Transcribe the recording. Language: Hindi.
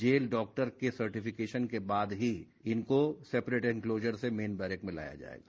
जेल डाक्टर के सार्टिफिकेशन के बाद ही इनको सेपरेट एनक्लोजर से मैन बैरक में लाया जायेगा